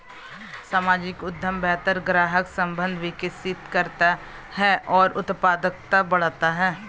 सामाजिक उद्यम बेहतर ग्राहक संबंध विकसित करता है और उत्पादकता बढ़ाता है